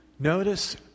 Notice